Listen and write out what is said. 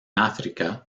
áfrica